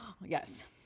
Yes